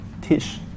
teach